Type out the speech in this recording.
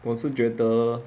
我是觉得